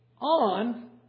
on